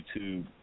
YouTube